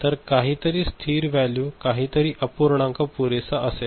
तर काही तरी स्थिर वॅल्यू काही तरी अपूर्णांक पुरेसा असेल